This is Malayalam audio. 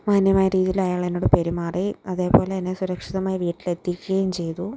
മാന്യമായ രീതിയിൽ അയാളെന്നോട് പെരുമാറി അതേപോലെത്തന്നെ സുരക്ഷിതമായി വീട്ടിലെത്തിക്കുകയും ചെയ്തു